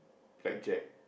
Blackjack